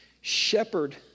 Shepherd